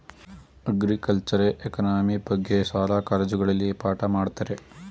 ಅಗ್ರಿಕಲ್ಚರೆ economy ಬಗ್ಗೆ ಶಾಲಾ ಕಾಲೇಜುಗಳಲ್ಲಿ ಪಾಠ ಮಾಡತ್ತರೆ